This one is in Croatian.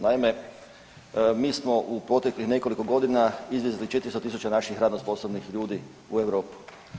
Naime, mi smo u proteklih nekoliko godina izvezli 400.000 naših radno sposobnih ljudi u Europu.